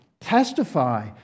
testify